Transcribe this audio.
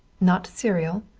not cereal.